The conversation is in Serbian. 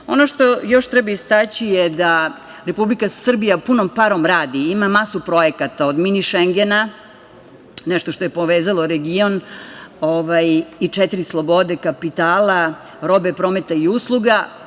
što još treba istaći je da Republika Srbija punom parom radi, ima masu projekata, od „mini Šengena“, nešto što je povezalo region i četiri slobode kapitala, robe, prometa i usluga,